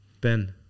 Ben